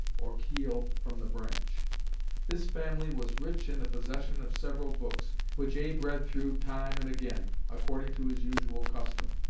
or keel, from the branch this family was rich in the possession of several books, which abe read through time and again, according to his usual custom.